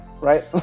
Right